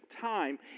time